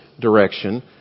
direction